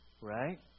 Right